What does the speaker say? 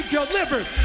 delivered